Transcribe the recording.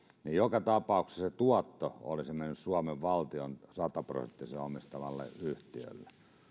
joka tapauksessa se tuotto olisi mennyt suomen valtion sataprosenttisesti omistamalle yhtiölle